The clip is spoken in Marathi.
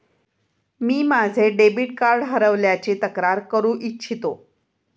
मी माझे डेबिट कार्ड हरवल्याची तक्रार करू इच्छितो